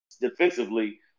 defensively